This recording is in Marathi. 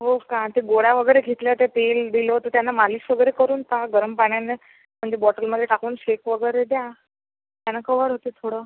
हो का ते गोळ्या वगैरे घेतल्या ते तेल बिल होतं त्यानं मालिश वगैरे करून पहा गरम पाण्याने म्हणजे बॉटलमध्ये टाकून शेक वगैरे द्या त्यानं कव्हर होतं थोडं